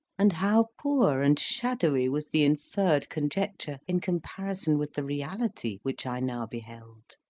and how poor and shadowy was the inferred conjecture in comparison with the reality which i now beheld!